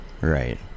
right